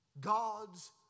God's